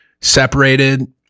separated